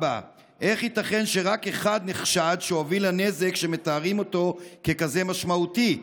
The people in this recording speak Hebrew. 4. איך ייתכן שרק אחד נחשד שהוביל לנזק שמתארים אותו ככזה משמעותי?